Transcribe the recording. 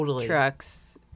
trucks